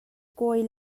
kawi